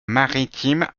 maritime